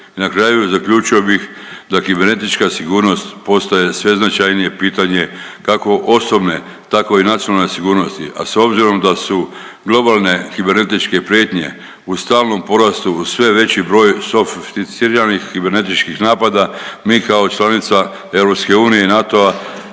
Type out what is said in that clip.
na kraju, zaključio bih da kibernetička sigurnost postaje sve značajnije pitanje, kako osobne, tako i nacionalne sigurnosti, a s obzirom da su globalne kibernetičke prijetnje u stalnom porastu, sve veći broj softificiranih kibernetičkih napada, mi kao članica EU i NATO-a